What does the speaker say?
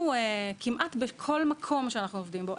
כמעט בכול מקום שאנחנו עובדים בו,